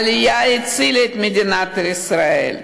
העלייה הצילה את מדינת ישראל.